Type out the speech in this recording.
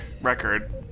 record